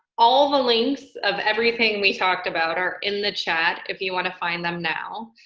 all the links of everything we talked about are in the chat if you wanna find them now.